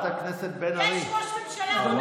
יש ראש ממשלה, הוא